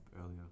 earlier